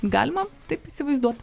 galima taip įsivaizduot